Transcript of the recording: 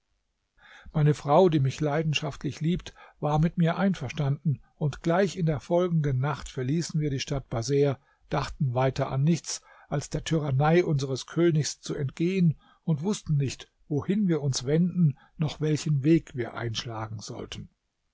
meine braut die mich leidenschaftlich liebt war mit mir einverstanden und gleich in der folgenden nacht verließen wir die stadt baser dachten weiter an nichts als der tyrannei unseres königs zu entgehen und wußten nicht wohin wir uns wenden noch welchen weg wir einschlagen sollten